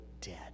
dead